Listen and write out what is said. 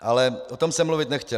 Ale o tom jsem mluvit nechtěl.